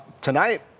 tonight